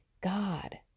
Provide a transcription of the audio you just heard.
God